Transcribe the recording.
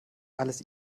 alles